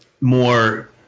more